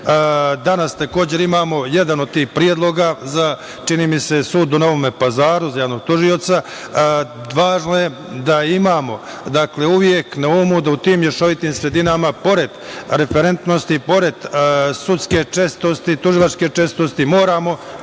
takođe imamo jedan od tih predloga, čini mi se za sud u Novom Pazaru, za javno tužioca. Važno je da imamo uvek na umu da u tim mešovitim sredinama, pored referentnosti, pored sudske čestitosti, tužilačke čestitosti, moramo